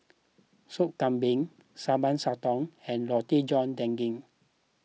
Sop Kambing Sambal Sotong and Roti John Daging